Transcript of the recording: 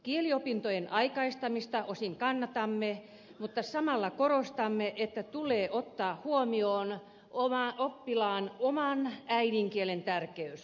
kieliopintojen aikaistamista osin kannatamme mutta samalla korostamme että tulee ottaa huomioon oppilaan oman äidinkielen tärkeys